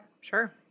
Sure